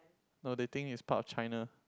no they think it's part of China